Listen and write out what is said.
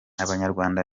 abanyarwanda